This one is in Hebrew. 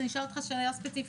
אז אני אשאל אותך שאלה ספציפית: